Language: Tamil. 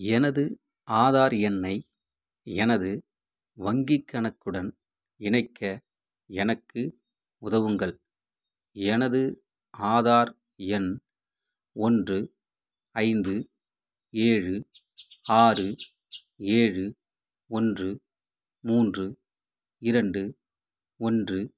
எனது ஆதார் எண்ணை எனது வங்கிக் கணக்குடன் இணைக்க எனக்கு உதவுங்கள் எனது ஆதார் எண் ஒன்று ஐந்து ஏழு ஆறு ஏழு ஒன்று மூன்று இரண்டு ஒன்று